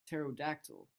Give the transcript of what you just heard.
pterodactyl